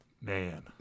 man